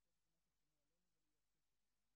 הזקן: מה ששנוא עליך אל תעשה לחברך,